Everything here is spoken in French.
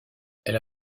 elle